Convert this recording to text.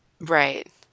Right